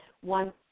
one